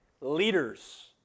leaders